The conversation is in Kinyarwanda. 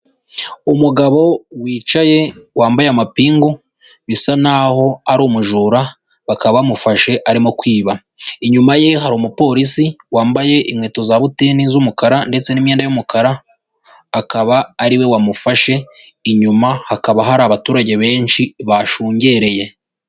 Umugabo wicaye wambaye amapingu bisa naho ari umujura bakaba bamufashe arimo kwiba. Inyuma ye hari umupolisi wambaye inkweto za butini z'umukara ndetse n'imyenda y'umukara akaba ari we wamufashe, inyuma hakaba hari abaturage benshi bashungereye.